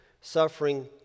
suffering